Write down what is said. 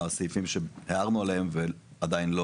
והסעיפים שהערנו עליהם ועדיין,